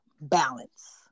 balance